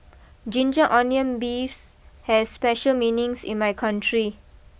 Ginger Onions Beef has special meanings in my country